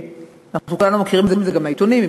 כולנו מכירים את זה גם מהעיתונים,